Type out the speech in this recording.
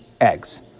eggs